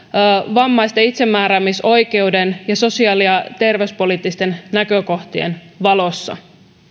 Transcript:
vammaisten itsemääräämisoikeuden ja sosiaali ja terveyspoliittisten näkökohtien valossa